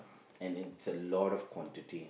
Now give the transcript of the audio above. and it's a lot of quantity